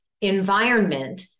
environment